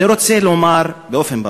אני רוצה לומר באופן ברור: